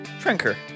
Trinker